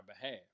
behalf